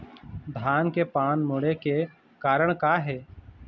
धान के पान मुड़े के कारण का हे?